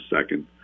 second